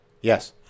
Yes